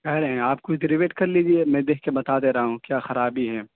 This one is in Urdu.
کہہ رہے ہیں آپ کچھ دیر ویٹ کر لیجیے گا میں دیکھ کے بتا دے رہا ہوں کیا خرابی ہے